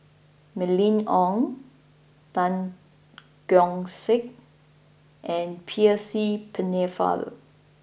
Mylene Ong Tan Keong Saik and Percy Pennefather